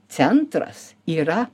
centras yra